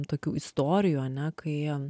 tokių istorijų ane kai